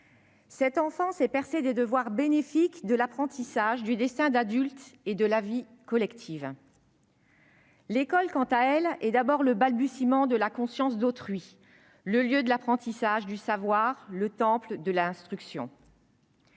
Cette enfance est bercée des devoirs bénéfiques de l'apprentissage du destin d'adulte et de la vie collective. L'école, quant à elle, est d'abord le balbutiement de la conscience d'autrui, le lieu de l'apprentissage, du savoir, le temple de l'instruction.